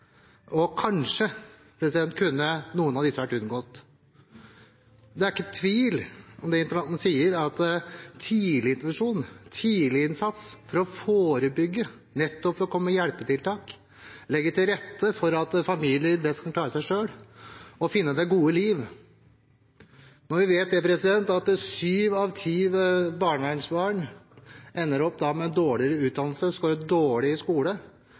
og kanskje kunne noen av disse vært unngått. Det er ikke tvil om det interpellanten sier om tidlig intervensjon og tidlig innsats for å forebygge, nettopp ved å komme med hjelpetiltak og legge til rette for at familier best kan klare seg selv og finne det gode liv. Når vi vet at syv av ti barnevernsbarn ender opp med dårligere utdannelse, skårer